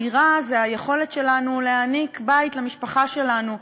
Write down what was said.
הדירה זה היכולת שלנו להעניק בית למשפחה שלנו,